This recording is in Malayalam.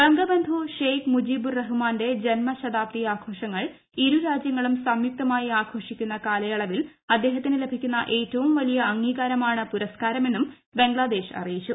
ബംഗബന്ധു ഷേഖ് മുജീബുർ റഹ്മാന്റെ ജന്മശതാബ്ദി ആഘോഷങ്ങൾ ഇരു രാജ്യങ്ങളും സംയുക്ത മായി ആഘോഷിക്കുന്ന കാലയളവിൽ അദ്ദേഹത്തിന് ലഭിക്കുന്ന ഏറ്റവും വലിയ അംഗീകാരമാണ് പുരസ്കാരമെന്നും ബംഗ്ലദേശ് അറിയിച്ചു